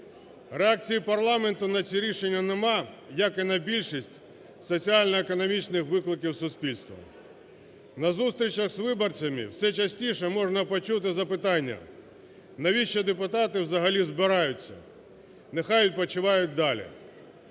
Реакції парламенту на ці рішення нема, як і на більшість соціально-економічних викликів суспільства. На зустрічах з виборцями все частіше можна почути запитання: "Навіщо депутати взагалі збираються? Нехай відпочивають далі!"